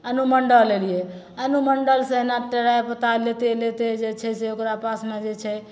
अनुमण्डल अएलिए अनुमण्डलसे ने ट्राइ पता लैते लैते जे छै से ओकरा पासमे जे छै